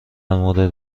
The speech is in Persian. مورد